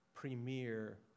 Premier